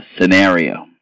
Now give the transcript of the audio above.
scenario